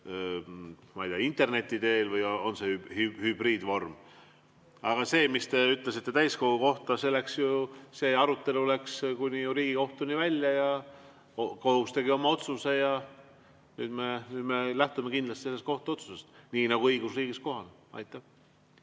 ma ei tea, interneti teel või on see hübriidvorm. Aga see, mis te ütlesite täiskogu kohta, siis see arutelu läks ju kuni Riigikohtuni välja ja kohus tegi oma otsuse. Nüüd me lähtume kindlasti sellest kohtuotsusest, nii nagu õigusriigis on kohane. Peeter